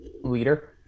leader